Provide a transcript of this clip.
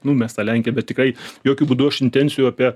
nu mes tą lenkiją bet tikrai jokiu būdu aš intencijų apie